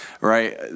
right